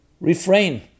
refrain